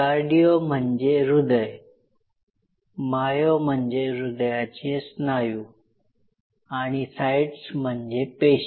cardio म्हणजे हृदय myo म्हणजे हृदयाचे स्नायू आणि साईट्स म्हणजे पेशी